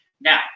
Now